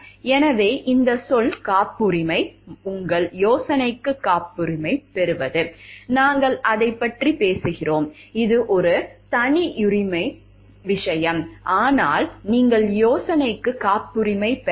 எனவே இந்த சொல் காப்புரிமை உங்கள் யோசனைக்கு காப்புரிமை பெறுவது நாங்கள் அதைப் பற்றி பேசுகிறோம் இது ஒரு தனியுரிம விஷயம் ஆனால் நீங்கள் யோசனைக்கு காப்புரிமை பெறவில்லை